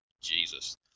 Jesus